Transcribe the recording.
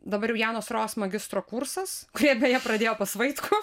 dabar jau janos ros magistro kursas kurie beje pradėjo pas vaitkų